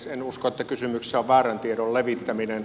en usko että kysymyksessä on väärän tiedon levittäminen